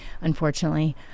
unfortunately